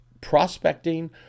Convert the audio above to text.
prospecting